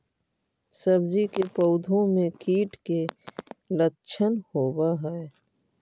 सब्जी के पौधो मे कीट के लच्छन होबहय?